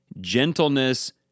gentleness